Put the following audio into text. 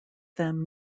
them